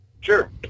Sure